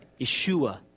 Yeshua